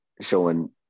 showing